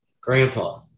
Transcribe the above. Grandpa